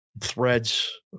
threads